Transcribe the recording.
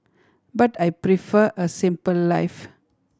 but I prefer a simple life